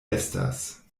estas